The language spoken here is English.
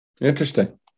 interesting